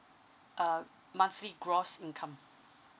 uh monthly gross income